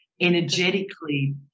Energetically